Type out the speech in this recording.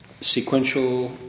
sequential